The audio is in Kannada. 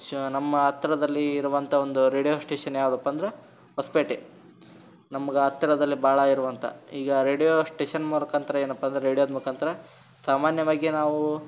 ಶ ನಮ್ಮ ಹತ್ರದಲ್ಲಿ ಇರುವಂಥ ಒಂದು ರೇಡಿಯೋ ಸ್ಟೇಷನ್ ಯಾವುದಪ್ಪ ಅಂದರೆ ಹೊಸಪೇಟೆ ನಮ್ಗೆ ಹತ್ತಿರದಲ್ಲಿ ಭಾಳ ಇರುವಂಥ ಈಗ ರೇಡಿಯೋ ಸ್ಟೇಷನ್ ಮುಖಾಂತ್ರ ಏನಪ್ಪ ಅಂದ್ರೆ ರೇಡಿಯೋದ ಮುಖಾಂತ್ರ ಸಾಮಾನ್ಯವಾಗಿಯೇ ನಾವು